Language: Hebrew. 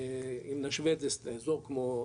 אם נשווה את זה לאזור כמו,